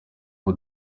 ubu